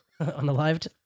Unalived